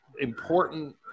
important